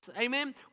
amen